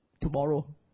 tomorrow